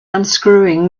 unscrewing